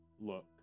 look